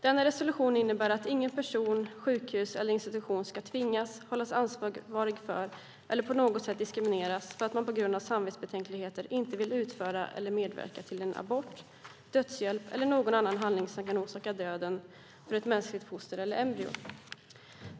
Denna resolution innebär att ingen person, inget sjukhus och ingen institution ska tvingas, ställas till ansvar för eller på något sätt diskrimineras för att man på grund av samvetsbetänkligheter inte vill utföra eller medverka till abort, dödshjälp eller någon annan handling som kan orsaka döden för ett mänskligt foster eller embryo.